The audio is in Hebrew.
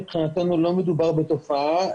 מבחינתנו לא מדובר בתופעה,